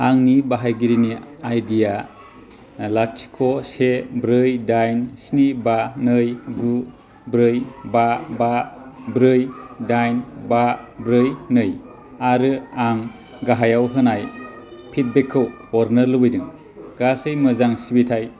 आंनि बाहायगिरिनि आइडि आ लाथिख' से ब्रै दाइन स्नि बा नै गु ब्रै बा बा ब्रै दाइन बा ब्रै नै आरो आं गाहायाव होनाय फिडबेक खौ हरनो लुबैदों गासै मोजां सिबिथाय